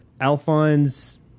Alphonse